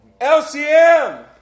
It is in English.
LCM